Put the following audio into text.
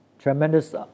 tremendous